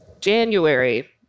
January